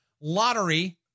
lottery